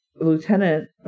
lieutenant